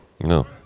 No